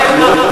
היא לא רוצה